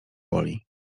boli